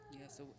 Yes